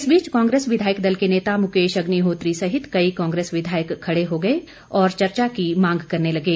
इस बीच कांग्रेस विधायक दल के नेता मुकेश अग्निहोत्री सहित कई कांग्रेस विधायक खड़े हो गए और चर्चा की मांग करने लगे